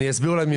אני אסביר אולי.